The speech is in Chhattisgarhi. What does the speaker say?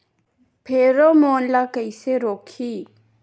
फेरोमोन ला कइसे रोकही?